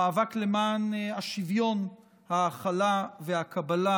המאבק למען השוויון, ההכלה והקבלה,